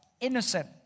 innocent